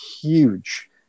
huge